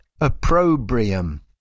opprobrium